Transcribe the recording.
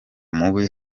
mubi